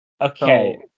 Okay